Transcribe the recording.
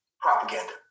propaganda